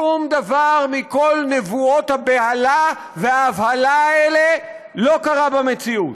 שום דבר מכל נבואות הבהלה וההבהלה האלה לא קרה במציאות.